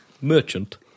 Merchant